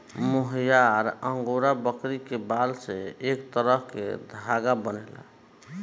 मोहयार angora बकरी के बाल से एक तरह के धागा बनेला